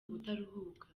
ubutaruhuka